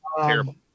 Terrible